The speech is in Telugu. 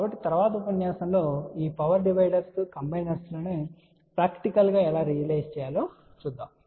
కాబట్టి తరువాతి ఉపన్యాసంలో ఈ పవర్ డివైడర్స్ కంబైనర్ లను ప్రాక్టికల్ గా ఎలా రియలైజ్ చేయాలో చూద్దాం